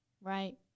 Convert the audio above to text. right